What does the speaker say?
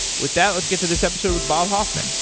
with that, let's get to this episode with bob hoffman.